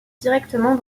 directement